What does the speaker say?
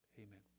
Amen